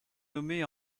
nommée